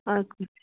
اَدٕ کیٛاہ